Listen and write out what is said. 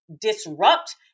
disrupt